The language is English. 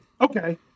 Okay